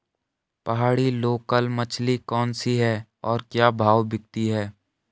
पहाड़ी लोकल मछली कौन सी है और क्या भाव बिकती है?